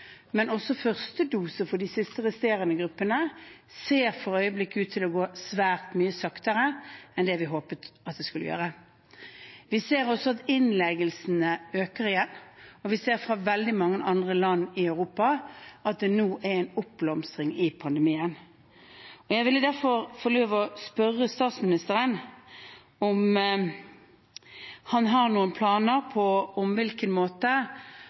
også på første dose for de siste resterende gruppene, ser for øyeblikket ut til å gå svært mye saktere enn vi håpet at det skulle gjøre. Vi ser også at innleggelsene øker igjen, og vi ser fra veldig mange andre land i Europa at det nå er en oppblomstring i pandemien. Jeg vil derfor få lov til å spørre statsministeren om han har noen planer for hvilken måte regjeringen vil håndtere pandemien på fremover, og om